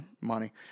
Money